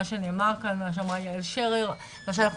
בכל מה שנאמר כאן ובמה שאמרה יעל שרר ומה שאנחנו